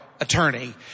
attorney